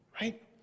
Right